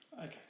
okay